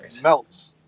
melts